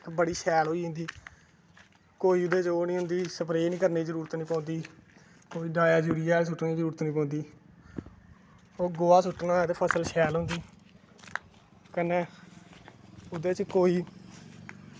बड़ी शैल होई जंदी कोई ओह्दे च स्परे करने दी जरूरत नेईं होंदी कोई डाया जूरिया सुट्टने दी जरूरत निं पौंदी ओह् गोहा सुट्टना होऐ ते फसल शैल होंदी कन्नै ओह्दै च कोई